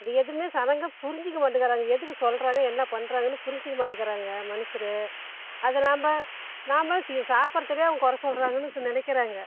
இதை எதுவுமே சனங்கள் புரிஞ்சிக்க மாட்டேங்கிறாங்க எதுக்கு சொல்கிறாங்க என்ன பண்றாங்கன்னு புரிஞ்சிக்க மாட்டேங்கிறாங்கங்க மனுசர் அதை நாம்ம நாம்மளும் தி சாப்பிட்றத்துலையே அவங்க கொறை சொல்கிறாங்கன்னு நினைக்கிறாங்க